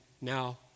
now